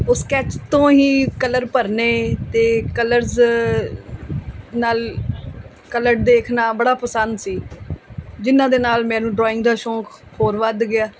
sketch ਤੋਂ ਹੀ colour ਭਰਨੇ ਅਤੇ ਕਲਰਸ ਨਾਲ ਕਲਰ ਦੇਖਣਾ ਬੜਾ ਪਸੰਦ ਸੀ ਜਿਹਨਾਂ ਦੇ ਨਾਲ ਮੈਨੂੰ ਡਰਾਇੰਗ ਦਾ ਸ਼ੌਂਕ ਹੋਰ ਵੱਧ ਗਿਆ